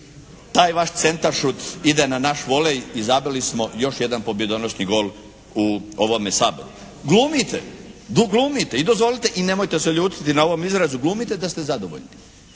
taj vaš centar šut ide na naš volej i zabili smo još jedan pobjedonosni gol u ovome Saboru. Glumite, glumite i dozvolite i nemojte se ljutiti na ovom izrazu, glumite da ste zadovoljni